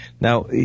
Now